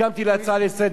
במחשבה שנייה,